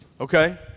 okay